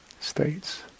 states